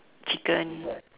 chicken